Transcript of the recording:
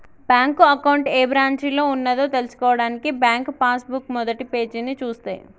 bank account ఏ బ్రాంచిలో ఉన్నదో తెల్సుకోవడానికి బ్యాంకు పాస్ బుక్ మొదటిపేజీని చూస్తే